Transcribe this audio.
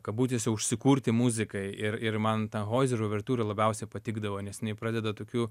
kabutėse užsikurti muzikai ir ir man tanhoizerio uvertiūra labiausiai patikdavo nes jinai pradeda tokiu